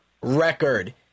record